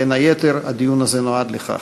ובין היתר הדיון הזה נועד לכך.